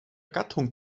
gattung